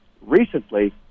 recently